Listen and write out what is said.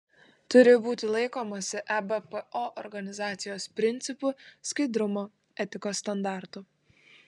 turi būti laikomasi ebpo organizacijos principų skaidrumo etikos standartų